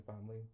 family